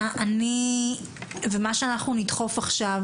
אנחנו נקדם עכשיו,